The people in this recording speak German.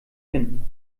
finden